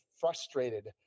frustrated